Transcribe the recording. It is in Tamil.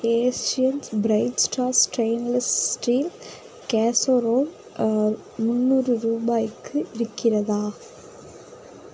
Asians bright star stainless steel casserole முந்நூறு ரூபாய்க்கு இருக்கிறதா